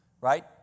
right